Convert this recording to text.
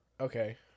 Okay